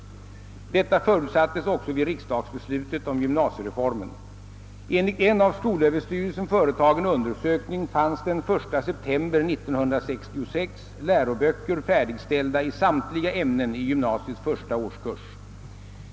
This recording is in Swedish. Detta förutsattes också vid riksdagsbeslutet om =:gymnasiereformen. Enligt en av skolöverstyrelsen företagen undersökning fanns den 1 september 1966 läroböcker färdigställda i samtliga ämnen i gymnasiets första årskurs.